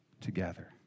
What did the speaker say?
together